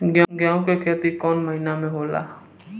गेहूं के खेती कौन महीना में होला?